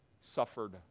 suffered